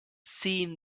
seen